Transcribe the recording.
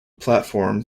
platform